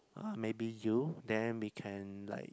uh maybe you then we can like